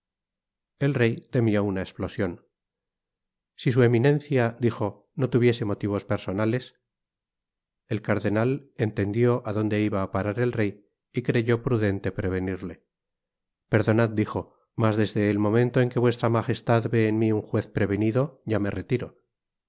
el rey temió una esplosion si su eminencia dijo no tuviese motivos personales el cardenal entendió á donde iba á parar el rey y creyó prudente prevenirle perdonad dijo mas desde el momento en que v m vé en mi un juez prevenido ya me retiro